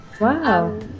Wow